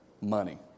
Money